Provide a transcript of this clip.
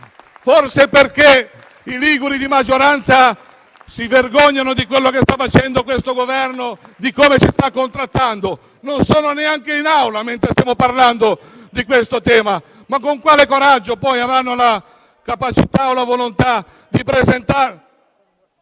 Forse perché i liguri di maggioranza si vergognano di cosa sta facendo questo Governo, di come si sta contrattando. Non sono neanche in Aula mentre stiamo parlando di questo tema. Ma con quale coraggio, poi, avranno la capacità o la volontà di presentare...